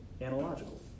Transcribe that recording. analogical